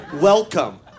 Welcome